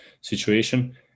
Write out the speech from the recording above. situation